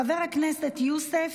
חבר הכנסת יוסף